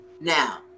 Now